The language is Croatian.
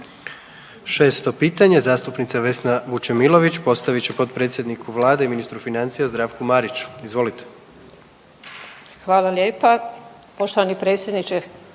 Šesto pitanje zastupnica Vesna Vučemilović postavit će potpredsjedniku Vlade i ministru financija Zdravku Mariću. Izvolite. **Vučemilović, Vesna